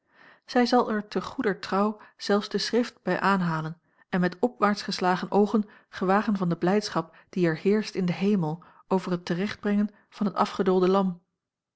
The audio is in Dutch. zij zal er te goeder trouw zelfs de schrift bij aanhalen en met opwaarts geslagen oogen gewagen van de blijdschap die er heerscht in den hemel over het te recht brengen van het afgedoolde lam